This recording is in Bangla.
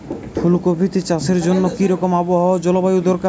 ফুল কপিতে চাষের জন্য কি রকম আবহাওয়া ও জলবায়ু দরকার?